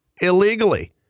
illegally